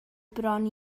bron